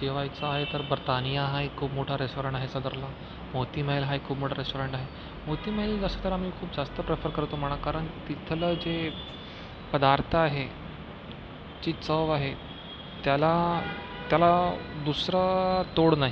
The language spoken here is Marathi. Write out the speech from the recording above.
जेवायचं आहे तर बरतानिया हा एक खूप मोठा रेस्टॉरंट आहे सदरला मोतीमहल हा एक खूप मोठा रेस्टॉरंट आहे मोतीमहल जास्त तर आम्ही खूप जास्त प्रेफर करतो म्हणा कारण तिथलं जे पदार्थ आहे जी चव आहे त्याला त्याला दुसरं तोड नाही